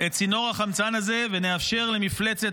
את צינור החמצן הזה ונאפשר למפלצת